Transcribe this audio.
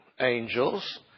angels